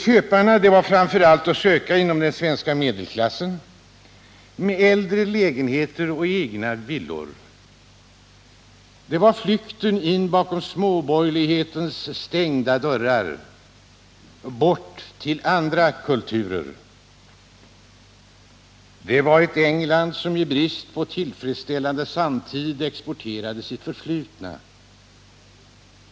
Köparna var framför allt att söka inom den svenska medelklassen med äldre lägenheter och egna villor. Det var en flykt in bakom småborgerlighetens stängda dörrar. Bort till andra kulturer. Det var ett England som i brist på tillfredsställande framtid exporterade sitt förflutna.